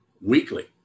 weekly